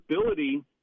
ability